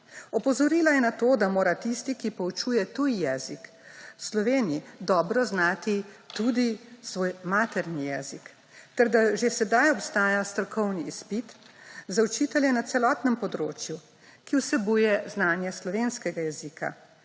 Opozorila je na to, da mora tisti, ki poučuje tuj jezik v Sloveniji, dobro znati tudi svoj materni jezik ter da že sedaj obstaja strokovni izpit za učitelje na celotnem področju, ki vsebuje znanje slovenskega jezika,